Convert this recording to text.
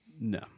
No